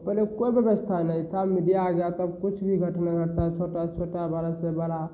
पहले कोई व्यवस्था नहीं था मीडिया आ गया तब कुछ भी घटना होता है छोटा से छोटा बड़ा से बड़ा